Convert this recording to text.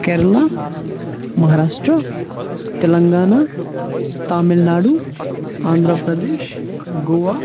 Kerala Maharashtra Telangana Tamil Nadu Andhra Pradesh Goa